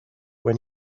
when